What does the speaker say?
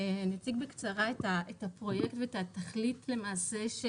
אני אציג בקצרה את הפרויקט ואת התכלית למעשה של